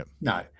No